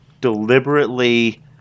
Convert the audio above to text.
deliberately